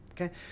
okay